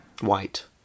white